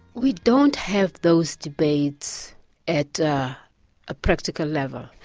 we don't have those debates at a practical level,